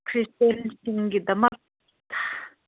ꯈ꯭ꯔꯤꯁꯇꯦꯟꯁꯤꯡꯒꯤ ꯗꯃꯛ